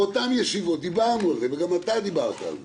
באותן ישיבות דיברנו על זה, וגם אתה דיברת על זה,